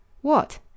What